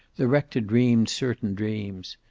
the rector dreamed certain dreams.